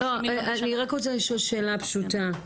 אני רק רוצה לשאול שאלה פשוטה.